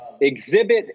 exhibit